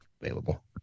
available